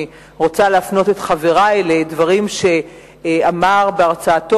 אני רוצה להפנות את חברי לדברים שאמר בהרצאתו